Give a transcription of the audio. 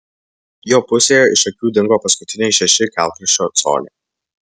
jo pusėje iš akių dingo paskutiniai šeši kelkraščio coliai